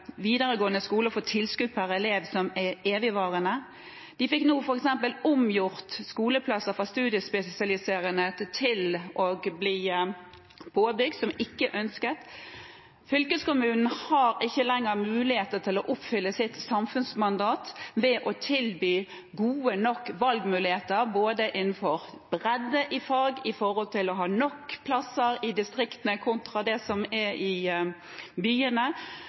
videregående skole og får tilskudd per elev som er evigvarende. De fikk nå f.eks. omgjort skoleplasser fra studiespesialiserende til å bli påbygg, som ikke er ønsket. Fylkeskommunen har ikke lenger muligheter til å oppfylle sitt samfunnsmandat ved å tilby gode nok valgmuligheter når det gjelder bredde i fag eller det å ha nok plasser i distriktene kontra i byene. Når man ser resultatet og hvordan det